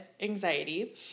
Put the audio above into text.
anxiety